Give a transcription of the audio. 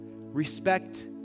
Respect